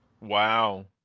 Wow